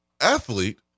athlete